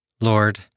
Lord